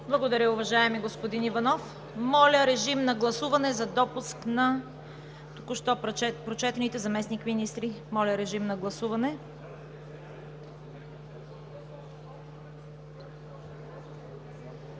Благодаря, уважаеми господин Иванов. Моля, режим на гласуване за допуск на току-що прочетените заместник-министри. Гласували